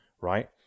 Right